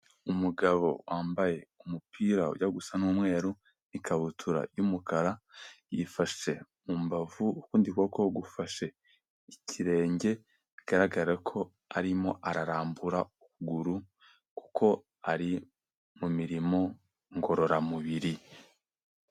Umugabo wambaye umupira ujya gusa n'umweru ikabutura y'umukara yifashe mubavu ukundi kuboko gufashe ikirenge bigaragara ko arimo ararambura ukuguru kuko ari mu mirimo ngororamubiri